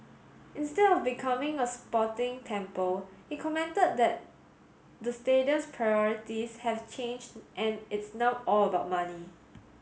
instead of becoming a sporting temple he commented that the stadium's priorities have changed and it's now all about money